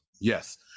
Yes